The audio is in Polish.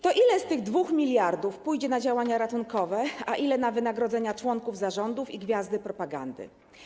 To ile z tych 2 mld pójdzie na działania ratunkowe, a ile na wynagrodzenia członków zarządów i gwiazdy propagandy?